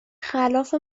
خلاف